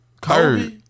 Kobe